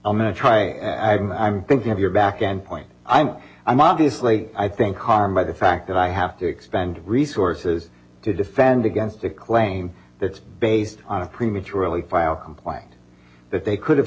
i'm a try i'm i'm thinking of your back and point i'm i'm obviously i think harmed by the fact that i have to expend resources to defend against a claim that's based on a prematurely file complaint that they could have